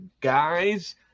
guys